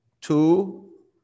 Two